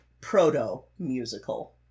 proto-musical